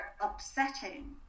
upsetting